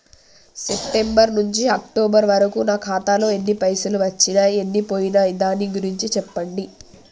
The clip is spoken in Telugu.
సెప్టెంబర్ నుంచి అక్టోబర్ వరకు నా ఖాతాలో ఎన్ని పైసలు వచ్చినయ్ ఎన్ని పోయినయ్ దాని గురించి చెప్పండి?